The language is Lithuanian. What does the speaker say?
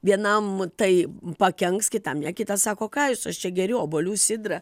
vienam tai pakenks kitam ne kitas sako ką jūs aš čia geriu obuolių sidrą